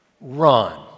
run